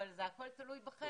אבל זה הכול תלוי בכם,